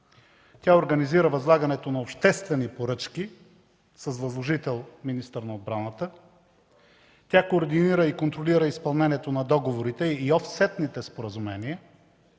Тя организира възлагането на обществени поръчки, с възложител – министър на отбраната! Тя координира и контролира изпълнението на договорите и офсетните споразумения!